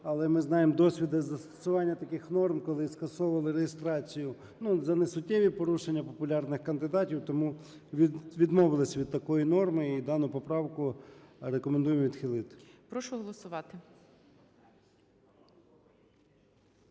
Але ми знаємо досвіди застосування таких норм, коли скасовували реєстрацію, ну, за несуттєві порушення популярних кандидатів, тому відмовились від такої норми, і дану поправку рекомендуємо відхилити.